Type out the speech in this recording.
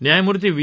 न्यायमूर्ती व्हि